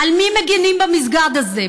על מי מגינים במסגד הזה?